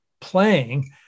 playing